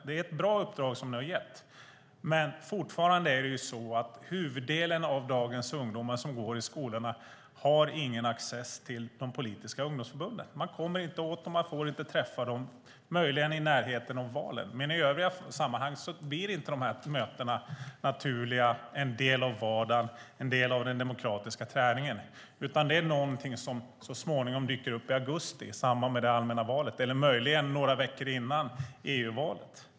Det är ett bra uppdrag som har getts, men fortfarande är det så att huvuddelen av dagens ungdomar som går i skolan inte har någon access till de politiska ungdomsförbunden. Man kommer inte åt dem, och man får inte träffa dem. Möjligen får man göra det i närheten av valet, men i övriga sammanhang blir mötena inte naturliga och en del av vardagen och den demokratiska träningen. Det är i stället någonting som så småningom dyker upp i augusti i samband med det allmänna valet, eller möjligen några veckor innan EU-valet.